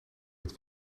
dit